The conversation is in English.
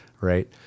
right